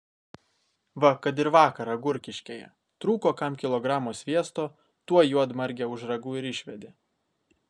va kad ir vakar agurkiškėje trūko kam kilogramo sviesto tuoj juodmargę už ragų ir išvedė